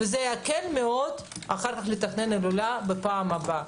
זה יקל מאוד אחר כך לתכנן את ההילולה לפעם הבאה.